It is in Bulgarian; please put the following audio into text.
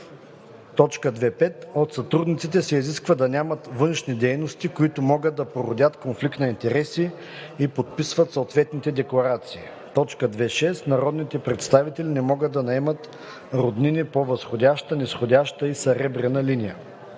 задача. 2.5. От сътрудниците се изисква да нямат външни дейности, които могат да породят конфликт на интереси и подписват съответните декларации. 2.6. Народните представители не могат да наемат роднини по възходяща, низходяща и съребрена линия.